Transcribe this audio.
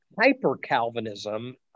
hyper-Calvinism